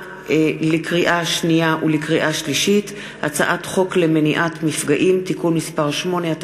לקריאה שנייה ולקריאה שלישית: הצעת חוק למניעת מפגעים (תיקון מס' 8),